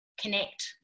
connect